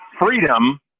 freedom